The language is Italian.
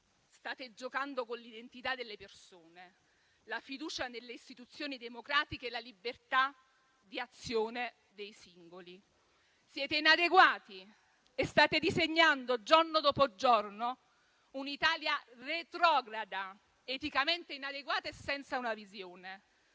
state giocando con l'identità delle persone, la fiducia nelle istituzioni democratiche e la libertà di azione dei singoli. Siete inadeguati e state disegnando, giorno dopo giorno, un'Italia retrograda, eticamente inadeguata e senza una visione.